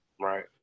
right